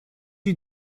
you